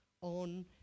on